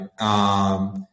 right